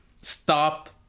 stop